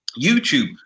YouTube